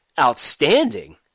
outstanding